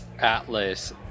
Atlas